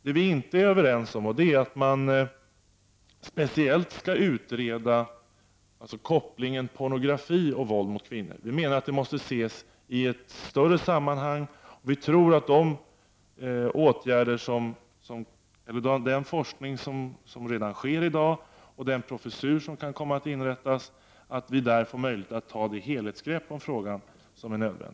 Vad vi inte är överens om är att man särskilt skall utreda kopplingen pornografi och våld mot kvinnor. Vi anser att dessa frågor måste ses i ett större sammanhang. Vi tror att det genom den forskning som redan sker i dag och med hjälp av den professur som kan komma att inrättas skall bli möjligt att få ett önskvärt helhetsgrepp kring frågan.